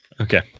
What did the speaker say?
Okay